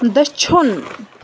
دٔچھُن